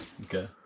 Okay